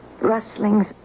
rustlings